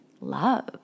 love